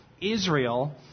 Israel